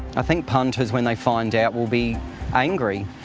i think punters, when they find out, will be angry.